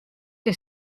que